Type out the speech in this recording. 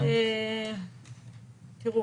כלומר,